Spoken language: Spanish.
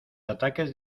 ataques